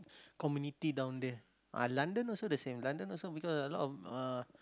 community down there ah London also the same London also because a lot of uh